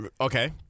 Okay